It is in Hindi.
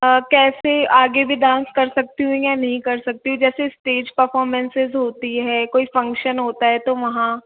कैसे आगे भी डांस कर सकती हूँ या नहीं कर सकती हूँ जैसे स्टेज पर्फोमेंसेज़ होती है कोई फंगक्शन होता है तो वहाँ